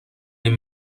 این